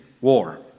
war